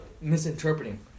misinterpreting